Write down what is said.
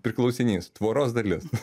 priklausinys tvoros dalis